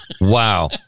Wow